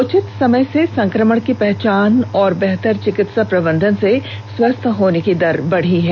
उचित समय से संक्रमण की पहचान और बेहतर चिकित्सा प्रबन्धन से स्वस्थ होने की दर बढी है